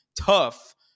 tough